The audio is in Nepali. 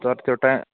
सटकर्ट टा